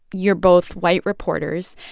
you're both white reporters.